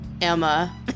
Emma